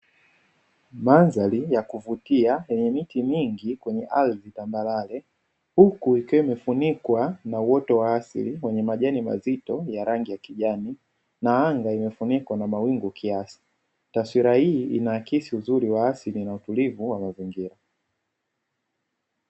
Mandhari ya kuvutia yenye miti mingi tambarare huku, ikiwa imefunikwa na uoto wa asili wenye majani mazito ya rangi ya kijani na anga imefunikwa na mawingu kiasi taswira hii inaakisi uzuri wa ardhi na utulivu wa mazingira.